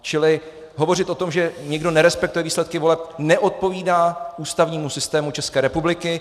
Čili hovořit o tom, že někdo nerespektuje výsledky voleb, neodpovídá ústavnímu systému České republiky.